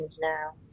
now